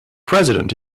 president